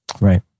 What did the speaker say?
right